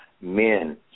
men